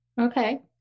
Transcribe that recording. Okay